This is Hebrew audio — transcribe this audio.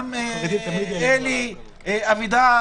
גם אלי אבידר